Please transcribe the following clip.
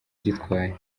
gitwari